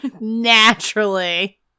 Naturally